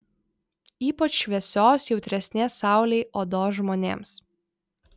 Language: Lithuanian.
ypač šviesios jautresnės saulei odos žmonėms